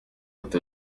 ifoto